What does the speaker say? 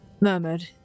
murmured